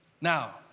Now